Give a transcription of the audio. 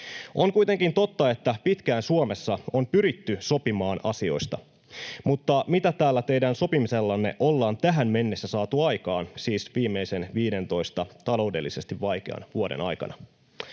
On kuitenkin totta, että pitkään Suomessa on pyritty sopimaan asioista, mutta mitä tällä teidän sopimisellanne ollaan tähän mennessä saatu aikaan, siis viimeisen 15:n taloudellisesti vaikean vuoden aikana?